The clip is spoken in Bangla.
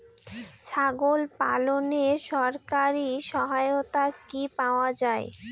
ছাগল পালনে সরকারি সহায়তা কি পাওয়া যায়?